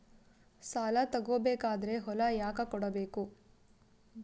ಸಾಲ ತಗೋ ಬೇಕಾದ್ರೆ ಹೊಲ ಯಾಕ ಕೊಡಬೇಕು?